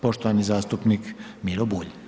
Poštovani zastupnik Miro Bulj.